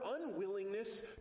unwillingness